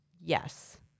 Yes